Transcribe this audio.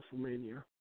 WrestleMania